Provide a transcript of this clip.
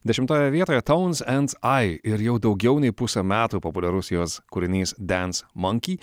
dešimtoje vietoje tones and i ir jau daugiau nei pusę metų populiarus jos kūrinys dance monkey